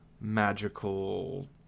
magical